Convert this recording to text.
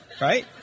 right